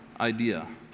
idea